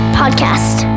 podcast